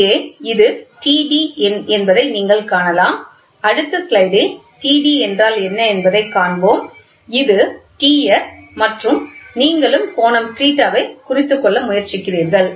இங்கே இது Td என்பதை நீங்கள் காணலாம் அடுத்த ஸ்லைடில் Td என்றால் என்ன என்பதைக் காண்போம் இது Ts மற்றும் நீங்களும் கோணம் θ குறித்துக்கொள்ள முயற்சிக்கிறீர்கள்